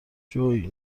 جویی